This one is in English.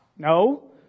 No